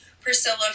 Priscilla